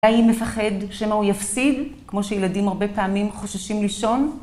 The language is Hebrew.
האם מפחד שמע הוא יפסיד, כמו שילדים הרבה פעמים חוששים לישון?